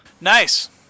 Nice